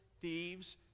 thieves